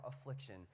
affliction